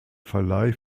verleih